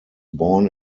born